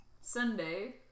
Sunday